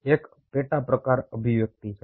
એક પેટા પ્રકાર અભિવ્યક્તિ છે